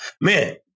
man